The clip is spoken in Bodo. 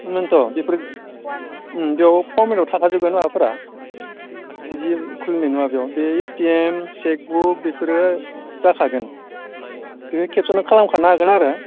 बेनोथ' बेफोरखो बेयाव फर्मावनो थाफाजोबगोन माबाफोरा बिदि खुलिनाय नङा बेयाव बे A T M cheque book बेफोरो जाखागोन दे खेबसेनो खालामखानो हागोन आरो